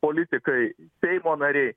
politikai seimo nariai